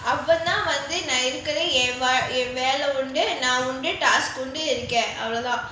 அவன் தான் வந்து இருக்கத்துலயே நான் உண்டு என்:avanthaan vanthu irukathulayae naan undu en task உண்டு அவ்ளோ தான்:undu avlo thaan